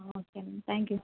okay ma'am thank you